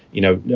you know know,